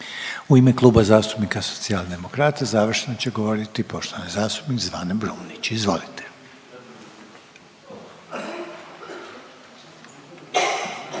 U ime Kluba zastupnika Fokusa i Reformista završno će govoriti poštovani zastupnik Damir Bajs. Izvolite.